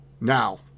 Now